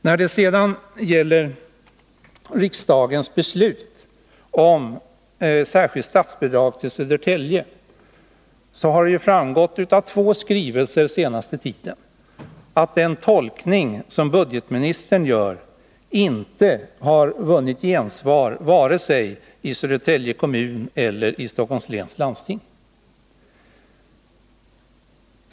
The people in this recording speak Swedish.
Av två skrivelser den senaste tiden har det framgått att den tolkning som budgetministern gör av riksdagens beslut om särskilt statsbidrag till Södertälje inte har vunnit gensvar vare sig i Södertälje kommun eller i Stockholms läns landsting.